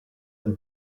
del